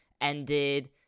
ended